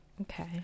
Okay